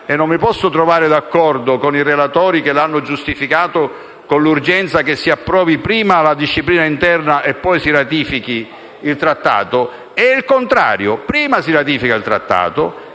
Non mi posso trovare d'accordo con i relatori che l'hanno giustificato con l'urgenza che si approvi prima la disciplina interna e poi il trattato. È il contrario: prima si ratifica il trattato